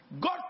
God